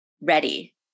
ready